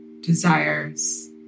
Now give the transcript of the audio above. desires